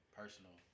personal